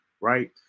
right